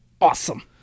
awesome